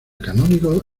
canónigo